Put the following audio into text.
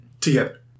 together